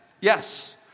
Yes